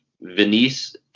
venice